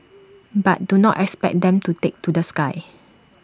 but do not expect them to take to the sky